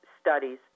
studies